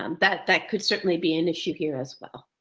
um that that could certainly be an issue here as well.